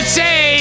say